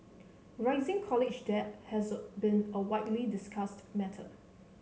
rising college debt has been a widely discussed matter